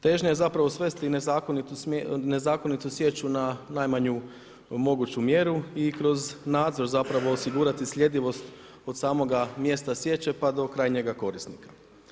Težnja je zapravo svesti nezakonitu sječu na najmanju moguću mjeru i kroz nadzor zapravo osigurati slijedivost od samoga mjesta sječe pa do krajnjega korisnika.